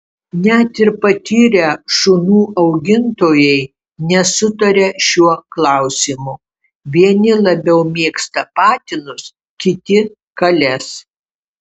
net ir patyrę šunų augintojai nesutaria šiuo klausimu vieni labiau mėgsta patinus kiti kales